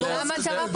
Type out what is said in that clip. למה זה רע?